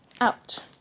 out